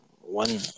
one